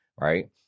right